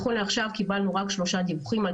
שאר העולם הולכים לכיוון שמי שאין